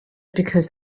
because